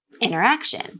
interaction